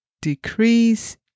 decrease